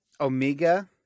Omega